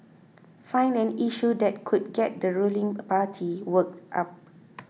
find an issue that could get the ruling party worked up